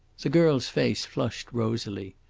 the girl's face flushed rosily.